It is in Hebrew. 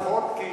פחות, כי